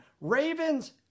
ravens